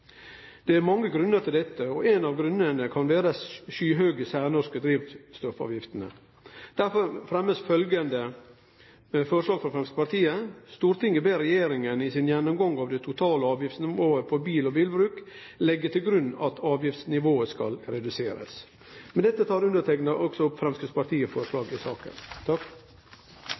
Det er mange grunnar til dette, og ein av grunnane kan vere dei skyhøge særnorske drivstoffavgiftene. Derfor blir følgjande forslag fremma av Framstegspartiet: «Stortinget ber regjeringen i sin gjennomgang av det totale avgiftsnivået på bil og bilbruk legge til grunn at avgiftsnivået skal reduseres.» Med dette tek underteikna opp Framstegspartiet sitt forslag i saka.